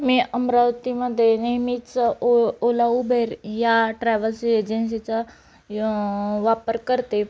मी अमरावतीमध्ये नेहमीच ओ ओला उबेर या ट्रॅव्हल्स एजंसीचा वापर करते